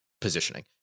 positioning